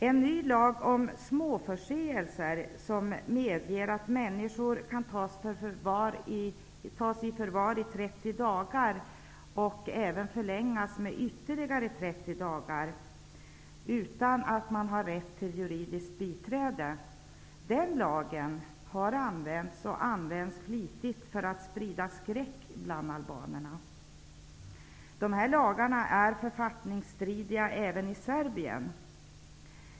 En ny lag om småförseelser, som medger att människor tas i förvar i 30 dagar -- vilket kan förlängas med ytterligare 30 dagar -- utan att de har rätt till juridiskt biträde, har använts och används flitigt för att sprida skräck bland albanerna. Dessa lagar är författningsstridiga även i Serbien.